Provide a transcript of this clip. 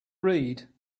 read